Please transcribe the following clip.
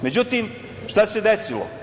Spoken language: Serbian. Međutim, šta se desilo?